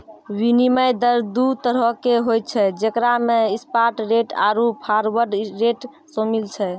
विनिमय दर दु तरहो के होय छै जेकरा मे स्पाट रेट आरु फारवर्ड रेट शामिल छै